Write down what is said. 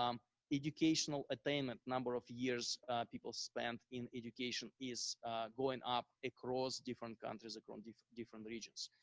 um educational attainment, number of years people spent in education, is going up across different countries, across different regions.